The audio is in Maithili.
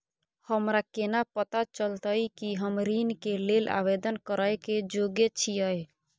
हमरा केना पता चलतई कि हम ऋण के लेल आवेदन करय के योग्य छियै?